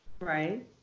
Right